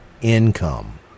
income